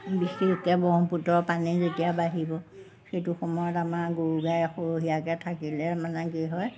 বিশেষকৈ ব্ৰহ্মপুত্ৰৰ পানী যেতিয়া বাঢ়িব সেইটো সময়ত আমাৰ গৰু গাই সৰুহীয়াকৈ থাকিলে মানে কি হয়